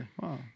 Wow